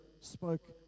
spoke